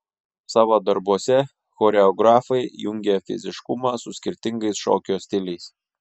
savo darbuose choreografai jungia fiziškumą su skirtingais šokio stiliais